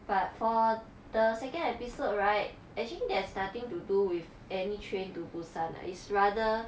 but for the second episode right actually there's nothing to do with any train to busan ah it's rather